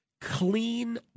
clean